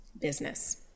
business